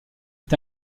est